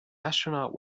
astronaut